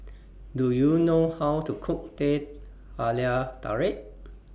Do YOU know How to Cook Teh Halia Tarik